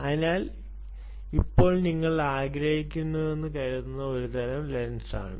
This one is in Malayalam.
അതിനാൽ ഇത് ഇപ്പോൾ നിങ്ങൾ ആഗ്രഹിക്കുന്നുവെന്ന് കരുതുന്ന ഒരു തരം ലെൻസാണ്